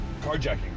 carjacking